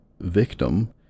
Victim